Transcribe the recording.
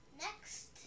Next